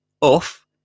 off